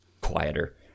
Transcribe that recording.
quieter